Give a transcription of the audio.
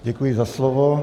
Děkuji za slovo.